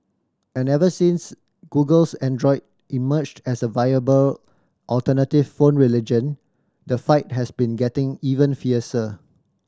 and ever since Google's Android emerged as a viable alternative phone religion the fight has been getting even fiercer